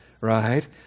right